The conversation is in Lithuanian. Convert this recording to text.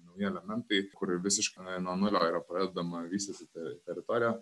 nauji elementai kur visiškai nuo nulio yra pradedama vystyti teritoriją